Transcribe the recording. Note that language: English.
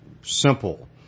simple